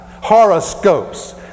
Horoscopes